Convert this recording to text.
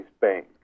bank